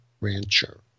Rancher